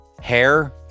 hair